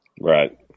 Right